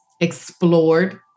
explored